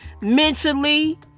mentally